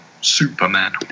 Superman